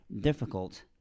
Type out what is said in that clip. difficult